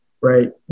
right